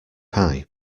pie